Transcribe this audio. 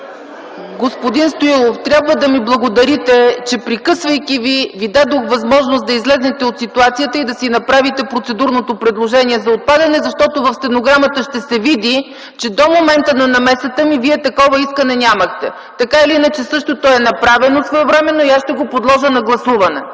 Господин Стоилов, трябва да ми благодарите, че прекъсвайки Ви, Ви дадох възможност да излезете от ситуацията и да си направите процедурното предложение за отпадане, защото в стенограмата ще се види, че до момента на намесата ми Вие такова искане нямахте. Така или иначе същото е направено своевременно и аз ще го подложа на гласуване.